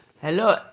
Hello